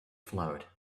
float